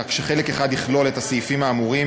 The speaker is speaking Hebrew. כך שחלק אחד יכלול את הסעיפים האמורים